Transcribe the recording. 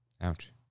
Ouch